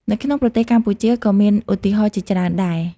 នៅក្នុងប្រទេសកម្ពុជាក៏មានឧទាហរណ៍ជាច្រើនដែរ។